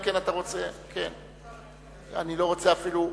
אני קובע שהצעת חוק סדר הדין הפלילי (תיקון מס' 64)